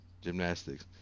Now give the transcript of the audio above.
gymnastics